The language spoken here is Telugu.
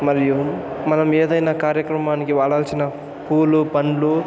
మరియు మనము ఏదైనా కార్యక్రమానికి వాడాల్సిన పువ్వులు పండ్లు